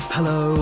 Hello